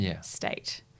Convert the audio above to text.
state